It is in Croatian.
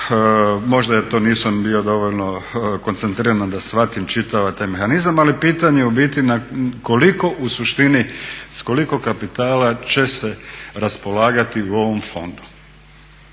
možda ja to nisam bio dovoljno koncentriran da shvatim čitav taj mehanizam, ali pitanje je u biti na koliko u suštini, s koliko kapitala će se raspolagati u ovom fondu.